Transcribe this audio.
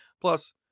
Plus